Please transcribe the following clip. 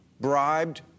bribed